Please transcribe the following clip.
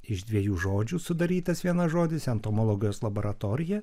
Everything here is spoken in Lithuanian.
iš dviejų žodžių sudarytas vienas žodis entomologijos laboratorija